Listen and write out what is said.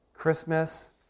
Christmas